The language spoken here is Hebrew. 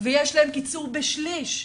ויש להם קיצור בשליש.